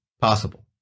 possible